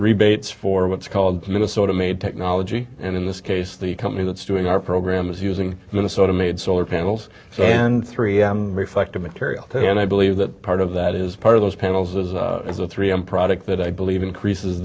rebates for what's called minnesota made technology and in this case the company that's doing our program is using minnesota made solar panels and three and reflective material and i believe that part of that is part of those panels is the three m product that i believe increases